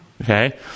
Okay